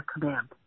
Command